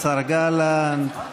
השר גלנט.